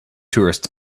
tourists